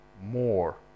more